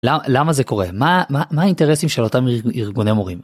למה זה קורה מה מה האינטרסים של אותם ארגוני מורים.